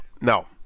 no